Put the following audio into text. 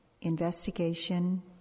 investigation